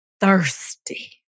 thirsty